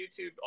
YouTube